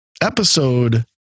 episode